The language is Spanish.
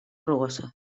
rugoso